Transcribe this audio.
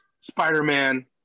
Spider-Man